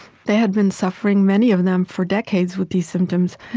they had been suffering, many of them, for decades with these symptoms.